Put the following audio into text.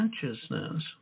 consciousness